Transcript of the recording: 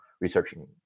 researching